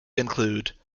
include